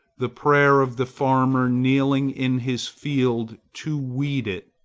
the prayer of the farmer kneeling in his field to weed it,